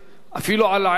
אפילו על העץ אנחנו אומרים: